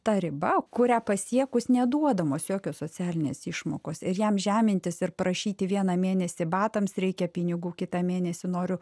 ta riba kurią pasiekus neduodamos jokios socialinės išmokos ir jam žemintis ir prašyti vieną mėnesį batams reikia pinigų kitą mėnesį noriu